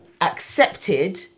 accepted